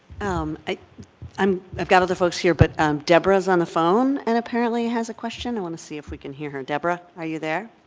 um um i've got other folks here but deborah is on the phone and apparently has a question. i want to see if we can hear her. deborah, are you there?